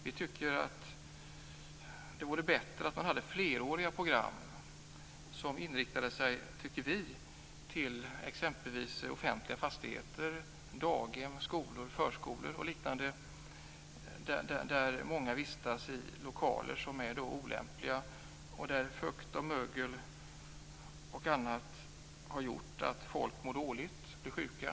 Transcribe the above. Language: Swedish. Vi tycker att det vore bättre om man hade fleråriga program som inriktade sig exempelvis mot offentliga fastigheter, daghem, skolor, förskolor och liknande. Där vistas många i lokaler som är olämpliga. Fukt, mögel och annat har gjort att människor mår dåligt och blir sjuka.